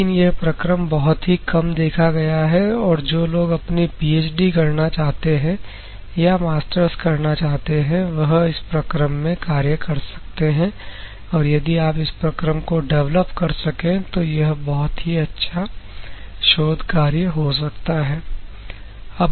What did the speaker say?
लेकिन यह प्रक्रम बहुत ही कम देखा गया है और जो लोग अपनी पीएचडी करना चाहते हैं या मास्टर्स करना चाहते हैं वह इस प्रक्रम पर कार्य कर सकते हैं और यदि आप इस प्रक्रम को डेवलप कर सके तो यह बहुत ही अच्छा शोध कार्य हो सकता है